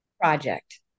project